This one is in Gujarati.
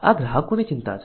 આ ગ્રાહકોની ચિંતા છે